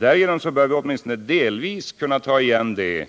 Därigenom bör vi åtminstone delvis kunna ta igen det